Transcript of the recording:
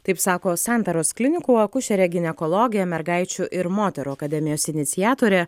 taip sako santaros klinikų akušerė ginekologė mergaičių ir moterų akademijos iniciatorė